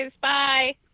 bye